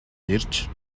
ирж